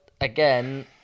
again